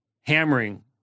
hammering